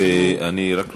ואני רק רוצה,